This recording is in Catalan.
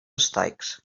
estoics